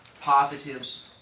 positives